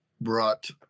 brought